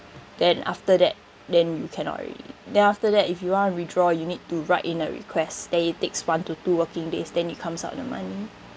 then after that then you cannot already then after that if you want to withdraw you need to write in a request then it takes one to two working days then it comes out the money